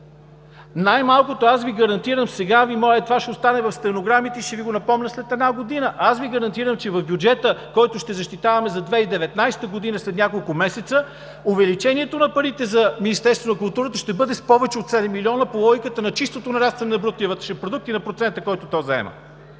Най-малкото аз Ви гарантирам сега – това ще остане в стенограмите, и ще Ви го напомня след една година. Аз Ви гарантирам, че в бюджета, който ще защитаваме за 2019 г. след няколко месеца, увеличението на парите за Министерството на културата ще бъде с повече от 7 милиона по логиката на чистото нарастване на брутния вътрешен продукт и на процента, който то заема.